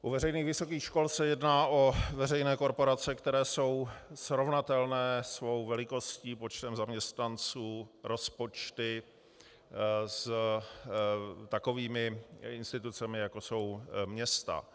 U veřejných vysokých škol se jedná o veřejné korporace, které jsou srovnatelné svou velikostí, počtem zaměstnanců, rozpočty s takovými institucemi, jako jsou města.